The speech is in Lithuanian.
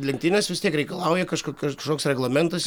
lenktynės vis tiek reikalauja kažkok kažkoks reglamentas